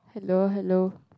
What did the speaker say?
hello hello